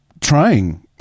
trying